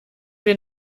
wir